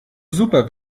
super